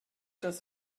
das